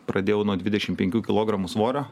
pradėjau nuo dvidešimt penkių kilogramų svorio